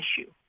issue